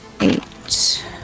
Eight